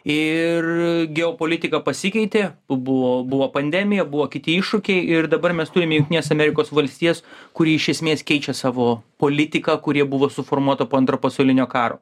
ir geopolitika pasikeitė buvo buvo pandemija buvo kiti iššūkiai ir dabar mes turime jungtinės amerikos valstijas kuri iš esmės keičia savo politiką kuri buvo suformuota po antro pasaulinio karo